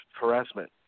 harassment